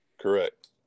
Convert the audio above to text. Correct